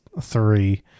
three